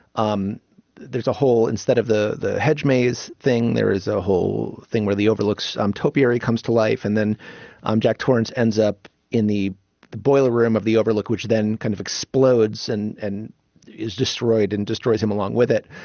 um there's a whole instead of hedge maze thing there is a whole thing where the overlooks um topiary comes to life and then um jack torrance ends up in the the boiler room of the overlook which then kind of explodes and and is destroyed and destroys him along with it.